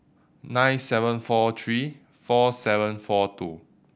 nine seven four three four seven four two